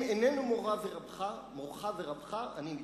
אם איננו מורך ורבך, אני מתנצל.